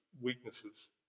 weaknesses